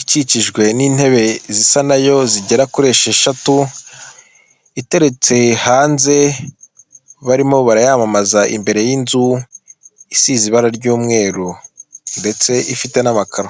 ikikijwe n'intebe zisa nayo zigera kuri esheshatu, iteretse hanze. Barimo barayamamaza imbere y'inzu isize ibara ry'umweru ndetse ifite n'amakaro.